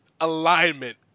alignment